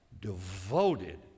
devoted